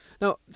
Now